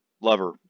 lover